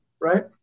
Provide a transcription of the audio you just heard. right